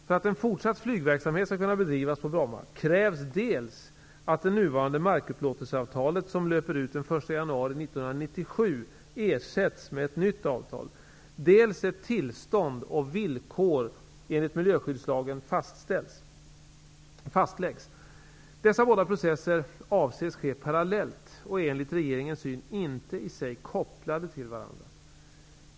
För att en fortsatt flygverksamhet skall kunna bedrivas på Bromma krävs dels att det nuvarande markupplåtelseavtalet, som löper ut den 1 januari 1997, ersätts med ett nytt avtal, dels att tillstånd och villkor enligt miljöskyddslagen fastläggs. Dessa båda processer avses ske parallellt och är enligt regeringens syn inte i sig kopplade till varandra.